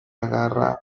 agarra